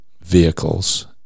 vehicles